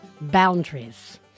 Boundaries